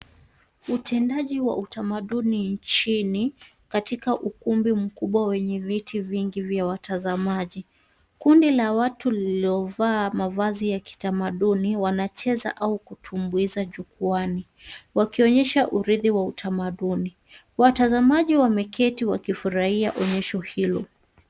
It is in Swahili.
Utendaji wa utamaduni nchini, katika ukumbi mkubwa wenye viti vingi vya watazamaji. Kundi la watu lililovaa mavazi ya kitamaduni, wanacheza au kutumbuiza jukwaani, wakionyesha uridhi wa utamaduni. Watazamaji wameketi wakifurahia onyesho hilo.